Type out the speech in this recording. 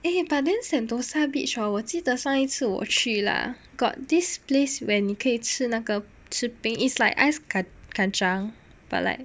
诶 but then Sentosa beach hor 我记得上一次我去 lah got this place where 你可以吃那个吃冰 is like ice kacang but like